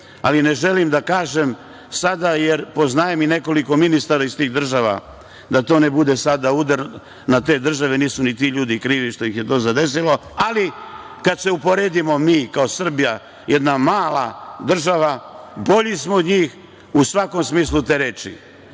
ali ne želim da kažem sada jer poznajem i nekoliko ministara iz tih država da to ne bude sada udar na te države, jer nisu ni ti ljudi krivi što ih je to zadesilo ali kada se uporedimo mi kao Srbija, jedna mala država, bolji smo od njih u svakom smislu te reči